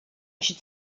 should